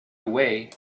away